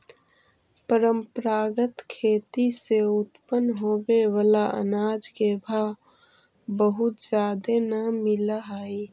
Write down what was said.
परंपरागत खेती से उत्पन्न होबे बला अनाज के भाव बहुत जादे न मिल हई